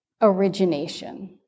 Origination